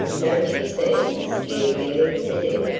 don't you see he's scared nearly to death?